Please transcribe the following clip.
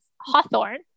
Hawthorne